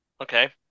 Okay